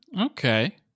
Okay